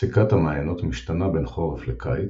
ספיקת המעיינות משתנה בין חורף לקיץ,